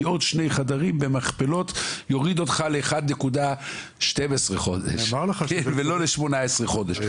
כי שני חדרים במכפלות יוריד אותך ל-1.12 חודשים ולא ל-18 חודשים.